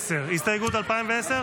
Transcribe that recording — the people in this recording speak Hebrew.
-- 2011, הצבעה שמית.